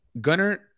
gunner